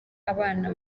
abana